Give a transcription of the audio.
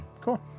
Cool